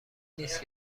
نیست